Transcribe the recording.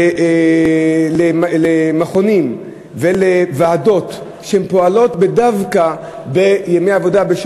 למכונים ולוועדות שפועלים דווקא בימי עבודה,